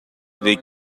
they